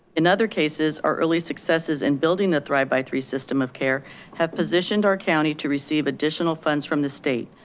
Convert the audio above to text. in other cases, our early successes in building the thrive by three system of care have positioned our county to receive additional funds from the state,